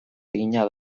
egina